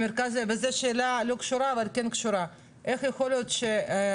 וזו שאלה לא קשורה אבל כן קשורה: איך יכול להיות שהמרכז